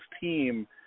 team